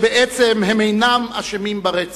שבעצם הם אינם אשמים ברצח,